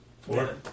Four